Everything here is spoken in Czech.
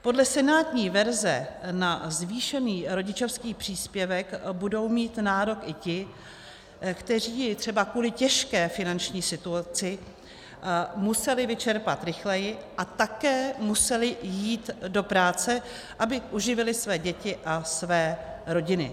Podle senátní verze na zvýšený rodičovský příspěvek budou mít nárok i ti, kteří jej třeba kvůli těžké finanční situaci museli vyčerpat rychleji a také museli jít do práce, aby uživili své děti a své rodiny.